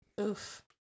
Oof